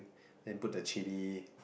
then put the chili